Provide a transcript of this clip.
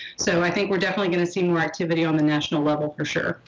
so i think we're definitely gonna see more activity on the national level for sure.